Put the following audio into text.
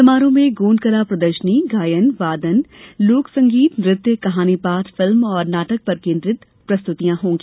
समारोह में गोंड कला प्रदर्शनी गायन वादन लोक संगीत नृत्य कहानी पाठ फिल्म और नाटक पर केंद्रित प्रस्तुतियां होंगी